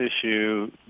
issue